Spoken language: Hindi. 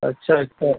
अच्छा अच्छा